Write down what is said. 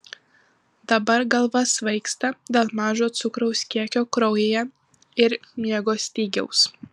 dabar galva svaigsta dėl mažo cukraus kiekio kraujyje ir miego stygiaus